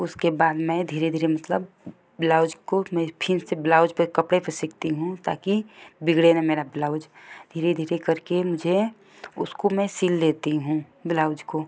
उसके बाद मैं धीरे धीरे मतलब ब्लाउज को मैं फिर से ब्लाउज पर कपड़े पर सीखती हूँ ताकि बिगड़े न मेरा ब्लाउज धीरे धीरे करके मुझे उसको मैं सिल लेती हूँ ब्लाउज को